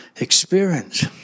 experience